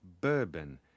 bourbon